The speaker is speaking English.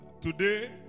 Today